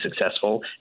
successful